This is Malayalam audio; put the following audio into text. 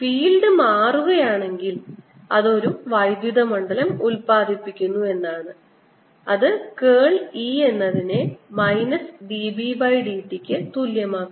ഫീൽഡ് മാറുകയാണെങ്കിൽ അത് ഒരു വൈദ്യുത മണ്ഡലം ഉത്പാദിപ്പിക്കുന്നു എന്നാണ് അത് കേൾ E എന്നതിനെ മൈനസ് dB by dt യ്ക്ക് തുല്യമാക്കുന്നു